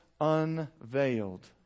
unveiled